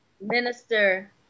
Minister